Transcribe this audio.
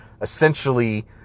essentially